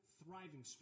thriving